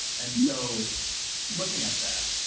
and so looking at that,